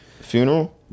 funeral